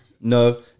No